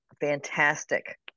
fantastic